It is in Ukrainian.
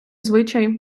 звичай